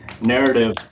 narrative